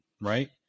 right